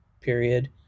period